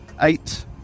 eight